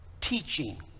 teaching